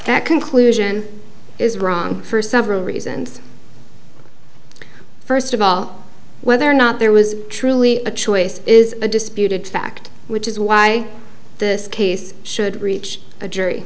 that conclusion is wrong for several reasons first of all whether or not there was truly a choice is a disputed fact which is why this case should reach a jury